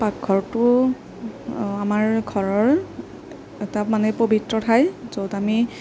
পাকঘৰটো আমাৰ ঘৰৰ এটা মানে পবিত্ৰ ঠাই য'ত আমি